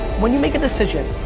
when you make a decision,